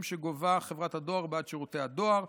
שגובה חברת הדואר בעד שירותי דואר.